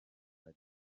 ari